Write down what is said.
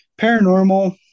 Paranormal